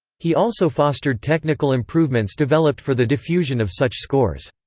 he also fostered technical improvements developed for the diffusion of such scores.